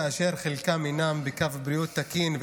כאשר חלקם אינם בקו בריאות תקין,